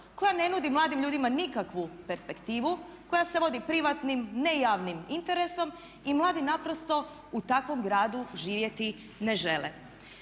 koja ne nudi mladim ljudima nikakvu perspektivu, koja se vodi privatnim, nejavnim interesom i mladi naprosto u takvom gradu živjeti ne žele.